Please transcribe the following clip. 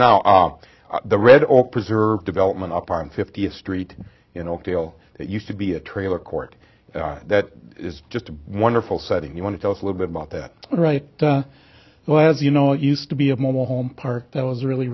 now the red all preserved development up on fiftieth street in oakdale that used to be a trailer court that is just a wonderful setting you want to tell us a little bit about that right now as you know it used to be a mobile home park that was really